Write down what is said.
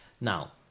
Now